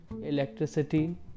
electricity